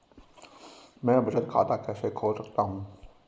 मैं बचत खाता कैसे खोल सकता हूँ?